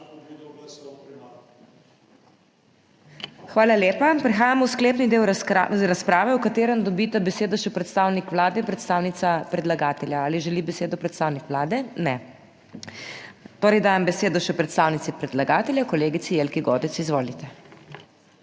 Hvala lepa. Prehajamo v sklepni del razprave, v katerem dobita besedo še predstavnik Vlade in predstavnica predlagatelja. Ali želi besedo predstavnik Vlade? (Ne.) Torej dajem besedo še predstavnici predlagatelja, kolegici Jelki Godec. Izvolite.